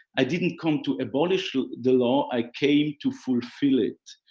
i didn't come to abolish the law, i came to fulfill it.